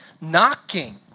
knocking